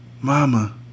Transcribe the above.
mama